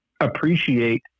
appreciate